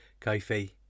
Kofi